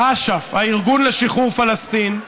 אש"ף, הארגון לשחרור פלסטין.